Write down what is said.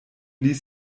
ließ